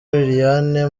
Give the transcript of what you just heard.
liliane